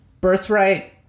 Birthright